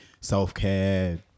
self-care